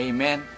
Amen